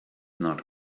not